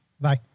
Bye